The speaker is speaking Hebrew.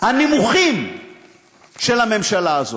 הנמוכים של הממשלה הזאת,